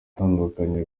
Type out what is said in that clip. atandukanye